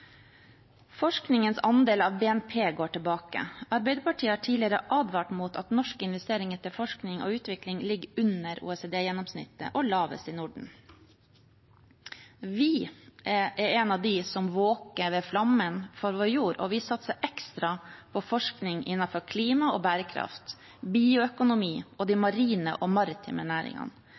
Forskningens andel av BNP går tilbake. Arbeiderpartiet har tidligere advart mot at norske investeringer til forskning og utvikling ligger under OECD-gjennomsnittet og lavest i Norden. Vi er «En av de som våker ved flammen », og vi satser ekstra på forskning innenfor klima og bærekraft, bioøkonomi og de marine og maritime næringene,